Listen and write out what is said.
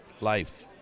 life